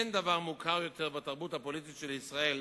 אין דבר מוכר יותר בתרבות הפוליטית של ישראל